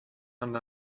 hand